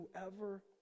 whoever